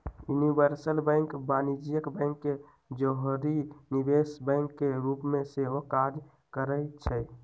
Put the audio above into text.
universal bank वाणिज्यिक bank के जौरही निवेश बैंक के रूप में सेहो काज करइ छै